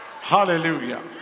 Hallelujah